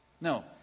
No